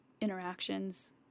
interactions